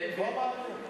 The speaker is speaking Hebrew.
אני לא מאמין.